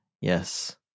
Yes